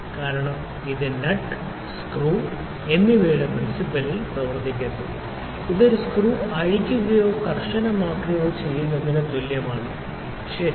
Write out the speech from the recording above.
കാരണം ഇത് nut screw nutscrew എന്നിവയുടെ പ്രിൻസിപ്പലിൽ പ്രവർത്തിക്കുന്നു ഇത് ഒരു സ്ക്രൂ അഴിക്കുകയോ കർശനമാക്കുകയോ ചെയ്യുന്നതിന് തുല്യമാണ് ശരി